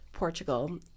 Portugal